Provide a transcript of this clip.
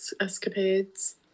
escapades